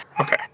Okay